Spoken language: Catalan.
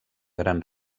gran